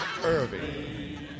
irving